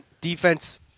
defense